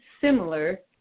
similar